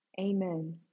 Amen